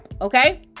Okay